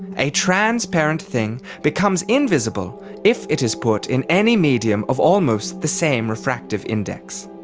a transparent thing becomes invisible if it is put in any medium of almost the same refractive index.